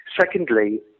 Secondly